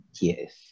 Yes